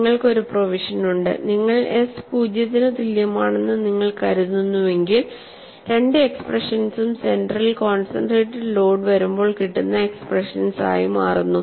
നിങ്ങൾക്ക് ഒരു പ്രൊവിഷൻ ഉണ്ട് നിങ്ങൾ S പൂജ്യത്തിന് തുല്യമാണെന്ന് നിങ്ങൾ കരുതുന്നുവെങ്കിൽ രണ്ട് എക്സ്പ്രഷൻസും സെന്ററിൽ കോൺസെൻട്രേറ്റഡ് ലോഡ് വരുമ്പോൾ കിട്ടുന്ന എക്സ്പ്രഷൻ ആയി മാറുന്നു